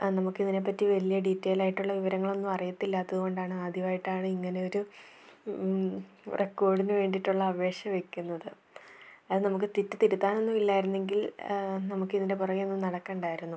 ആ നമുക്കിതിനെ പറ്റി വലിയ ഡീറ്റേലായിട്ടുള്ള വിവരങ്ങളൊന്നും അറിയത്തില്ലാത്തതു കൊണ്ടാണ് ആദ്യമായിട്ടാണിങ്ങനൊരു റെക്കോഡിന് വേണ്ടിയിട്ടുള്ള അപേക്ഷ വെക്കുന്നത് അതു നമുക്ക് തെറ്റ് തിരുത്താനൊന്നും ഇല്ലായിരുന്നെങ്കിൽ നമുക്കിതിൻ്റെ പുറകെയൊന്നും നടക്കേണ്ടായിരുന്നു